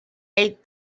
eight